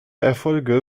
erfolge